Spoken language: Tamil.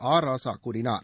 ஆ ராசா கூறினார்